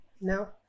No